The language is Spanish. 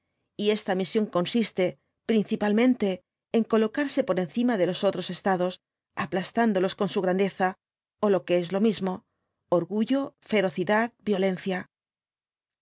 y esta misión consiste priicipalmente en colocarse por encima de los otros estados aplastándolos con su grandeza ó lo que es lo mismo orgullo ferocidad violencia